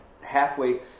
halfway